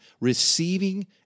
receiving